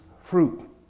fruit